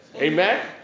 Amen